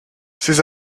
ces